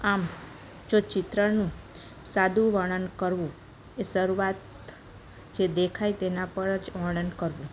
આમ જો ચિત્રનું સાદું વર્ણન કરવું એ શરુઆત જે દેખાય તેના પર જ વર્ણન કરવું